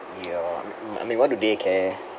ya I mean why do they care